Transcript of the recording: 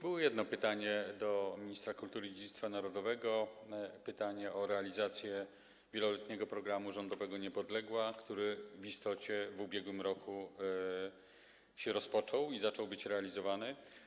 Było jedno pytanie do ministra kultury i dziedzictwa narodowego - pytanie o realizację wieloletniego programu rządowego „Niepodległa”, który w istocie w ubiegłym roku się rozpoczął i zaczął być realizowany.